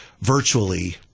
virtually